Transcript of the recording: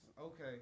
Okay